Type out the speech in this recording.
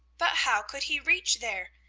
but how could he reach there?